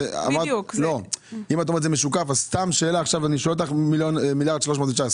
אני שואל אותם סתם שאלה על מה מדבר הסכום מיליארד ו-319?